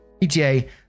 PTA